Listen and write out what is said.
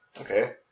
okay